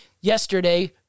yesterday